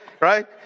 right